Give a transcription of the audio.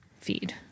feed